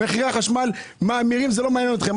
מחירי החשמל מאמירים וזה לא מעניין אתכם,